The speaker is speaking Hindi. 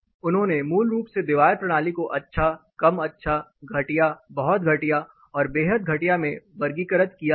उन्होंने मूल रूप से दीवार प्रणाली को अच्छा कम अच्छा घटिया बहुत घटिया और बेहद घटिया में वर्गीकृत किया है